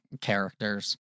characters